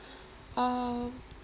uh